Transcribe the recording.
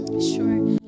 Sure